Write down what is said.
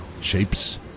Shapes